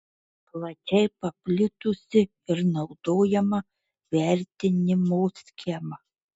plačiai paplitusi ir naudojama vertinimo schema